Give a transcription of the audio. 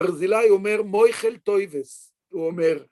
ברזילאי אומר מויכל טויבס, הוא אומר